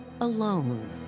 alone